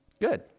Good